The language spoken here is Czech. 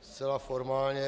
Zcela formálně.